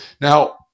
Now